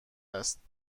است